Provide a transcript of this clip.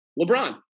LeBron